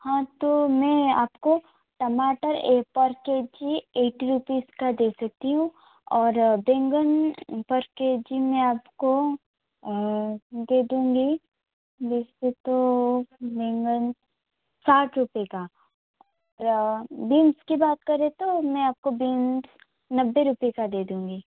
हाँ तो मैं आपको टमाटर एक पर के जी एटी रुपीस का दे देती हूँ और बैंगन पर के जी मैं आपको दे दूँगी वैसे तो बैंगन साठ रुपये का बिन्स की बात करें तो मैं आपको बिन्स नब्बे रुपये का दे दूँगी